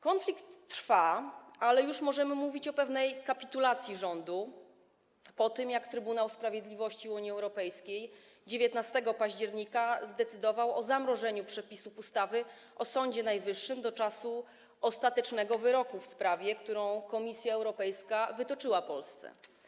Konflikt trwa, ale już możemy mówić o pewnej kapitulacji polskiego rządu po tym, jak Trybunał Sprawiedliwości Unii Europejskiej 19 października zdecydował o zamrożeniu przepisów ustawy o Sądzie Najwyższym do czasu ostatecznego wyroku w sprawie, którą Komisja Europejska wytoczyła Polsce.